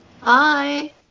hi